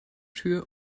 tür